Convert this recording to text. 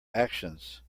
actions